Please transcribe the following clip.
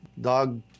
dog